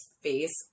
face